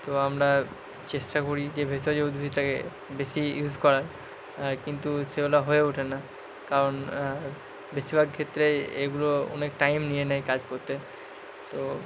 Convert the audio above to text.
তো আমরা চেষ্টা করি যে ভেষজ উদ্ভিদটাকে বেশি ইউস করার কিন্তু সেগুলো হয়ে ওঠে না কারণ বেশিরভাগ ক্ষেত্রে এগুলো অনেক টাইম নিয়ে নেয় কাজ করতে তো